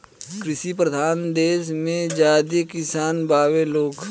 कृषि परधान देस मे ज्यादे किसान बावे लोग